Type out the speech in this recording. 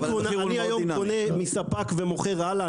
היא קונה --- אני היום קונה מספק ומוכר הלאה,